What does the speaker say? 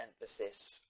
emphasis